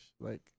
like-